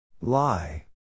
Lie